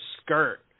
skirt